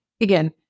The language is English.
again